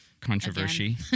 Controversy